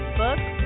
books